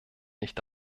nicht